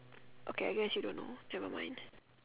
okay I guess you don't know nevermind